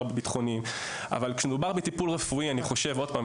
בביטחוניים; אבל כשמדובר בטיפול רפואי ועוד פעם,